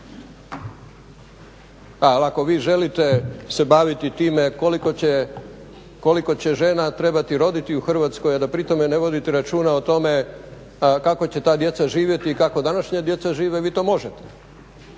Ali ako vi želite se baviti time koliko će žena trebati roditi u Hrvatskoj da pri tome ne vodite računa o tome kako će ta djeca živjeti i kako današnja djeca žive, vi to možete